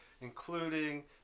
including